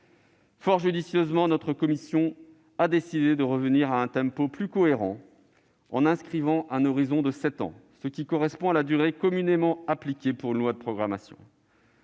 Fort judicieusement, notre commission a décidé de revenir à un tempo plus cohérent, en inscrivant le texte dans un horizon de sept ans, ce qui correspond à la durée communément appliquée pour une loi de programmation.